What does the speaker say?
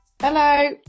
Hello